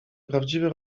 prawdziwe